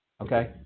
okay